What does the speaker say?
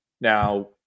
Now